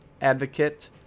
Advocate